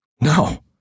No